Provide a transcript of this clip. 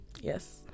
Yes